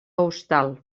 hostal